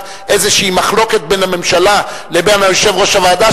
איזו מחלוקת בין הממשלה לבין יושב-ראש הוועדה,